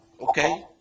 okay